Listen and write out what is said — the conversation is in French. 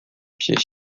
pied